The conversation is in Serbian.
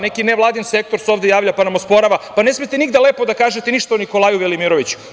Neki nevladin sektor se ovde javlja, pa nam osporava i ne smete nigde lepo da kažete ništa o Nikolaju Velimiroviću.